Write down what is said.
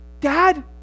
Dad